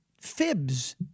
fibs